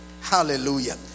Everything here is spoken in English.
Hallelujah